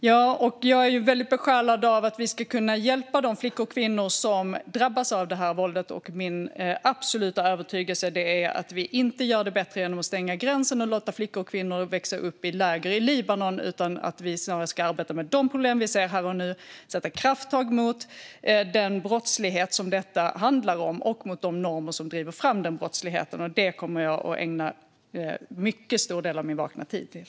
Herr talman! Jag är väldigt besjälad av att vi ska kunna hjälpa de flickor och kvinnor som drabbas av det här våldet. Min absoluta övertygelse är att vi inte gör det bättre genom att stänga gränsen och låta flickor och kvinnor växa upp i läger i Libanon. Vi ska snarare arbeta med de problem som vi ser här och nu och ta krafttag mot den brottslighet som det handlar om och mot de normer som driver fram denna brottslighet. Det kommer jag att ägna en mycket stor del av min vakna tid till.